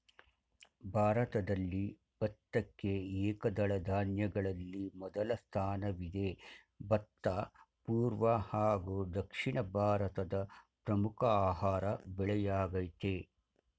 ಭಾರತದಲ್ಲಿ ಭತ್ತಕ್ಕೆ ಏಕದಳ ಧಾನ್ಯಗಳಲ್ಲಿ ಮೊದಲ ಸ್ಥಾನವಿದೆ ಭತ್ತ ಪೂರ್ವ ಹಾಗೂ ದಕ್ಷಿಣ ಭಾರತದ ಪ್ರಮುಖ ಆಹಾರ ಬೆಳೆಯಾಗಯ್ತೆ